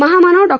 महामानव डॉ